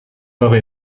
heures